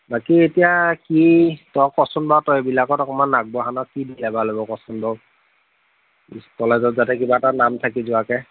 বাকী এতিয়া কি তই কচোন বাৰু তই এইবিলাকত অকণমান আগবঢ়া ন কি দিলে ভাল হ'ব কচোন বাৰু কলেজত যাতে কিবা এটা নাম থাকি যোৱাকে